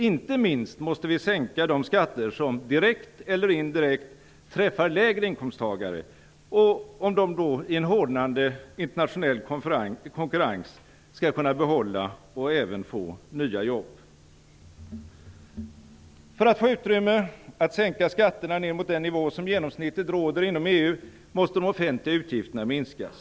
Inte minst måste vi sänka de skatter som, direkt eller indirekt, träffar lägre inkomsttagare, om de i en hårdnande internationell konkurrens skall kunna behålla och även få nya jobb. För att få utrymme för att sänka skatterna ned mot den nivå som genomsnittligt råder inom EU måste de offentliga utgifterna minskas.